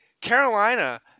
Carolina